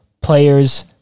players